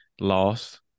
lost